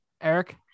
Eric